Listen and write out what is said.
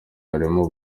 barimo